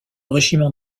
régiment